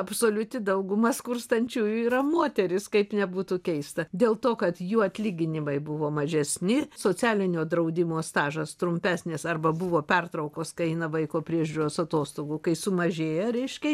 absoliuti dauguma skurstančiųjų yra moterys kaip nebūtų keista dėl to kad jų atlyginimai buvo mažesni socialinio draudimo stažas trumpesnis arba buvo pertraukos kai eina vaiko priežiūros atostogų kai sumažėja reiškia